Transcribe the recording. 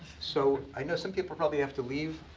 so i know some people probably have to leave.